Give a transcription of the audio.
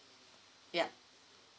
yup